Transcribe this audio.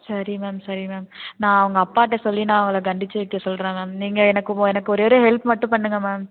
சரி மேம் சரி மேம் நான் அவங்க அப்பாகிட்ட சொல்லி நான் அவங்கள கண்டித்து வைக்க சொல்கிறேன் மேம் நீங்கள் எனக்கு ஓ எனக்கு ஒரே ஒரு ஹெல்ப் மட்டும் பண்ணுங்க மேம்